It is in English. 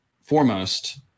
foremost